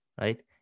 right